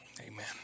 Amen